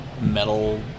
metal